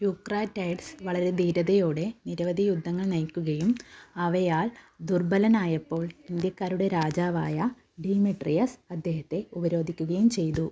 Eucratides വളരെ ധീരതയോടെ നിരവധി യുദ്ധങ്ങൾ നയിക്കുകയും അവയാൽ ദുർബലനായപ്പോൾ ഇന്ത്യക്കാരുടെ രാജാവായ ഡിമെട്രിയസ് അദ്ദേഹത്തെ ഉപരോധിക്കുകയും ചെയ്തു